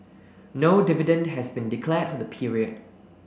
no dividend has been declared for the period